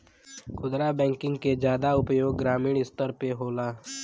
खुदरा बैंकिंग के जादा उपयोग ग्रामीन स्तर पे होला